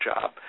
job